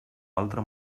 altre